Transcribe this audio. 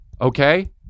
okay